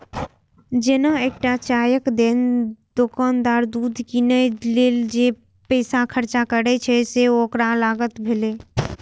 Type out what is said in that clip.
जेना एकटा चायक दोकानदार दूध कीनै लेल जे पैसा खर्च करै छै, से ओकर लागत भेलै